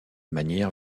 manière